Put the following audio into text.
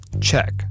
check